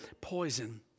poison